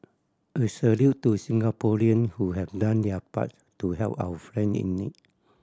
a salute to Singaporean who had done their part to help our friend in need